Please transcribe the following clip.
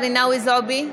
ג'ידא רינאוי זועבי,